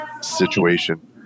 situation